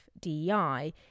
DEI